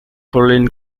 foreign